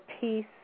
peace